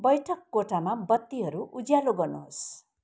बैठक कोठामा बत्तीहरू उज्यालो गर्नुहोस्